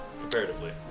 Comparatively